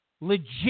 legit